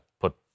put